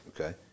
okay